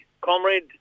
comrade